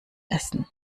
essen